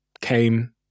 came